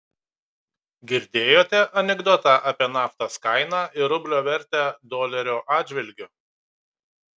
girdėjote anekdotą apie naftos kainą ir rublio vertę dolerio atžvilgiu